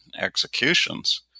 executions